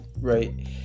right